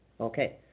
Okay